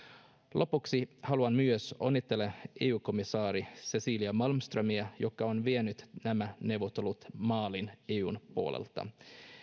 lopuksi haluan myös onnitella eu komissaari cecilia malmströmiä joka on vienyt nämä neuvottelut maaliin eun puolelta